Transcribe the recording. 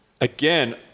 Again